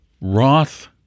Roth